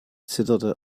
zitterte